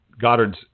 Goddard's